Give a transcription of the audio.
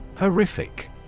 Horrific